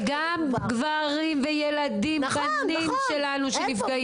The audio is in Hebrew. וגם גברים וילדים בנים שלנו שנפגעים.